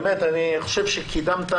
באמת, אני חושב שקידמת